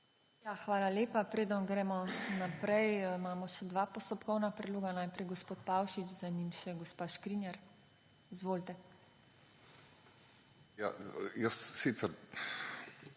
Hvala lepa. Preden gremo naprej, imamo še dva postopkovna predloga. Najprej gospod Pavšič, za njim še gospa Škrinjar. Izvolite. ROBERT